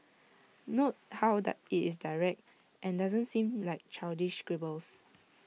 note how that IT is direct and doesn't seem like childish scribbles